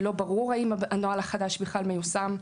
לא ברור האם הנוהל החדש בכלל מיושם.